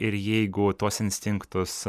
ir jeigu tuos instinktus